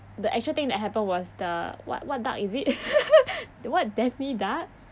the actual thing that happened was the what what duck is it what daffy duck